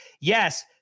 Yes